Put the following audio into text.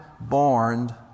born